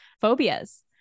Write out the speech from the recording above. phobias